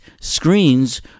screens